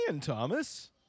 Thomas